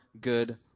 good